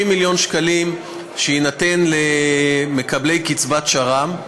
מיליון שקלים שיינתן למקבלי קצבת שר"מ,